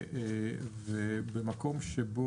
אני חושב שצריך